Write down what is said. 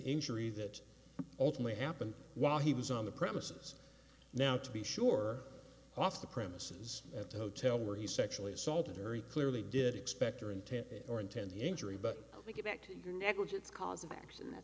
injury that ultimately happened while he was on the premises now to be sure off the premises at the hotel where he sexually assaulted very clearly did expect or intent or intent the injury but we go back to negligence cause of action that